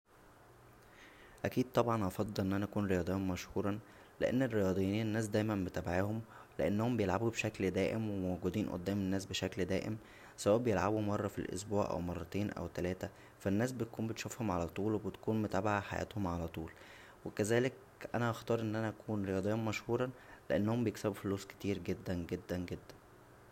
اكيد طبعا هفضل ان انا اكون رياضيا مشهورا لان الرياضيين الناس دايما متابعاهم لانهم بيلعبو بشكل دائم و موجودين قدام الناس بشكل دائم سواء بيلعبو مره فالاسبوع او مرتين او تلاته فا الناس بتكون بيتشوفهم علطول و بتكون متابعه حياتهم علطول ولذلك انا هختار ان انا اكون رياضيا مشهور لانهم بيكسبو فلوس كتير جدا جدا جدا